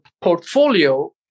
portfolio